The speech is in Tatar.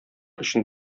өчен